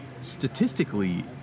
statistically